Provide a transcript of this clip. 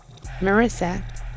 Marissa